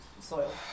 soil